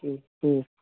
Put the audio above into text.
जी जी